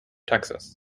texas